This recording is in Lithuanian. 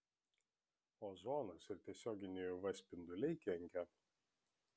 ozonas ir tiesioginiai uv spinduliai kenkia